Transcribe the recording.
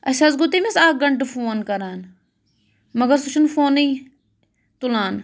اَسہِ حظ گوٚو تٔمِس اَکھ گَنٛٹہٕ فون کَران مگر سُہ چھُنہٕ فونٕے تُلان